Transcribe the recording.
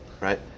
right